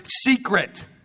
secret